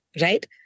right